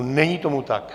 Není tomu tak.